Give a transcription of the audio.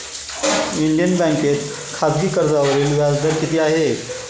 Indian बँकेत खाजगी कर्जावरील व्याजदर किती आहे?